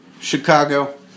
Chicago